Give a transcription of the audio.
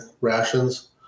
rations